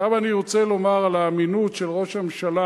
עכשיו אני רוצה לומר על האמינות של ראש הממשלה,